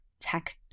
tech